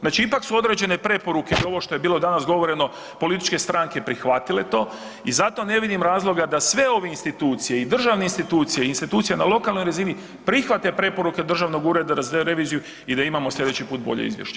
Znači ipak su određene preporuke i ovo što je bilo danas govoreno, političke stranke prihvatile to i zato ne vidim razloga da sve ove institucije i državne institucije i institucije na lokalnoj razini prihvate preporuke Državnog ureda za reviziju i da imamo slijedeći put bolje izvješće.